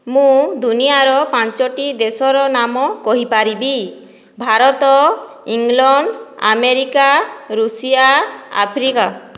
ମୁଁ ଦୁନିଆର ପଞ୍ଚୋଟି ଦେଶର ନାମ କହିପାରିବି Bharat England America Russia Africa